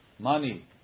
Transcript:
Money